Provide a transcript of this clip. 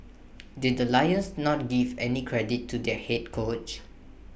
did the lions not give any credit to their Head coach